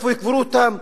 איפה יקברו אותם?